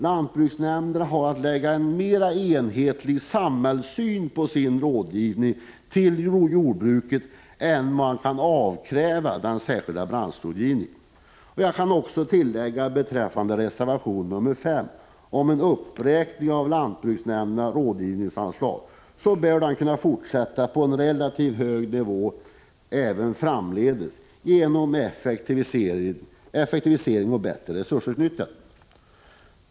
Lantbruksnämnderna har att lägga en mer enhetlig samhällssyn på sin rådgivning till jordbruket än vad man kan kräva av den särskilda branschrådgivningen. Jag kan tillägga beträffande reservation nr 5 om en uppräkning av lantbruksnämndernas rådgivningsanslag att denna rådgivning bör kunna fortsätta på en relativt hög nivå även framdeles genom effektivisering och bättre resursutnyttjande.